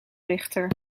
richter